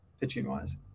pitching-wise